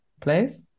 place